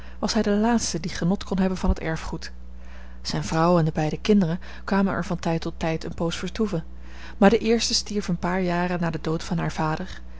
was hij de laatste die genot kon hebben van het erfgoed zijn vrouw en de beide kinderen kwamen er van tijd tot tijd een poos vertoeven maar de eerste stierf een paar jaren na den dood van haar vader